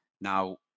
Now